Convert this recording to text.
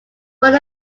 born